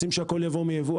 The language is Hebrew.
רוצים שהכול יבוא מייבוא,